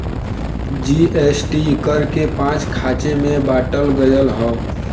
GST कर के पाँच खाँचे मे बाँटल गएल हौ